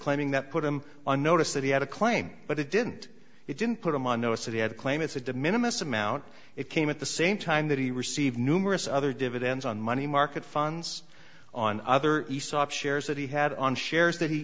claiming that put him on notice that he had a claim but it didn't it didn't put him on notice that he had a claim it's a de minimis amount it came at the same time that he received numerous other dividends on money market funds on other aesop shares that he had on shares that he